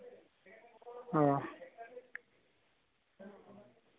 অঁ